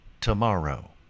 tomorrow